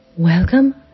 Welcome